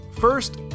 First